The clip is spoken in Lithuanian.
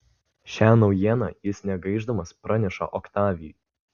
šią naujieną jis negaišdamas praneša oktavijui